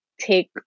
take